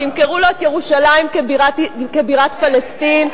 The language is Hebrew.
תמכרו לו את ירושלים כבירת פלסטין?